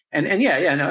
and, and, yeah, yeah, no,